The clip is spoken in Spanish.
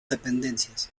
dependencias